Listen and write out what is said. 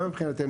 גם מבחינתנו,